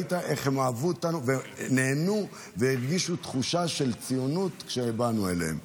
ראיתי איך הם אהבו אותנו ונהנו והרגישו תחושה של ציונות כשבאנו אליהם.